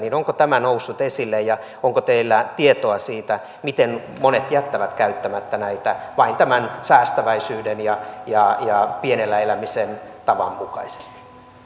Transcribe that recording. onko tämä noussut esille ja onko teillä tietoa siitä miten monet jättävät käyttämättä näitä vain tämän säästäväisyyden ja ja pienellä elämisen tavan mukaisesti